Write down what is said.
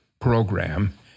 program